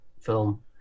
film